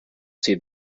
see